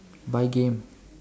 buy game